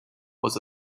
was